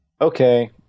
okay